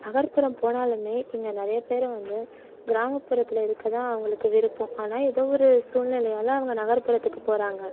நகர்புறம் போனாலுமே இங்கே நிறைய பேரை வந்து கிராமப்புறத்தில் இருக்கதான் அவங்களுக்கு விருப்பம் ஆனால் ஏதோவொரு சூழ்நிலையால் அவங்க நகர்புறத்துக்கு போகிறாங்க